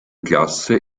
klasse